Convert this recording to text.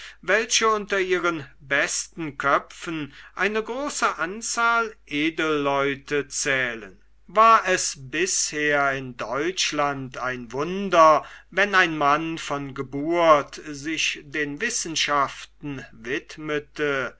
welche unter ihren besten köpfen eine große anzahl edelleute zählen war es bisher in deutschland ein wunder wenn ein mann von geburt sich den wissenschaften widmete